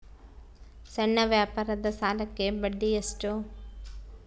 ಸಣ್ಣ ವ್ಯಾಪಾರದ ಸಾಲಕ್ಕೆ ಬಡ್ಡಿ ಎಷ್ಟು?